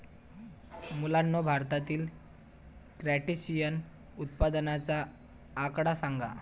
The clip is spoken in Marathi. मुलांनो, भारतातील क्रस्टेशियन उत्पादनाचा आकडा सांगा?